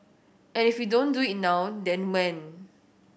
and if we don't do it now then when